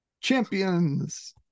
champions